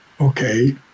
okay